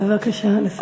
בבקשה לסיים.